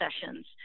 sessions